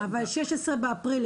אבל 16 באפריל,